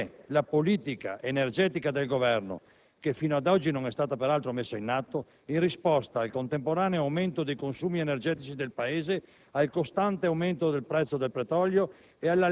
qual è la politica energetica del Governo che fino ad oggi non è stata peraltro messa in atto in risposta al contemporaneo aumento dei consumi energetici del Paese, al costante aumento del prezzo del petrolio